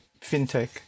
fintech